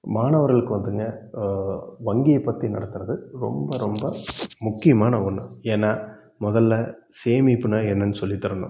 மாணவர்களுக்கு வந்துங்க வங்கியை பற்றி நடத்துகிறது ரொம்ப ரொம்ப முக்கியமான ஒன்று ஏன்னா முதல்ல சேமிப்புனால் என்னன்னு சொல்லித் தரணும்